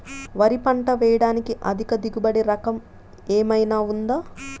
వరి పంట వేయటానికి అధిక దిగుబడి రకం ఏమయినా ఉందా?